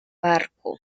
barco